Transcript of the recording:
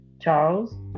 Charles